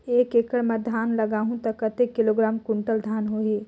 एक एकड़ मां धान लगाहु ता कतेक किलोग्राम कुंटल धान होही?